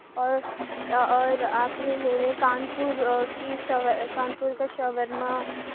اور اور آپ یہ میرے کانپور کی شا کانپور کا شاورما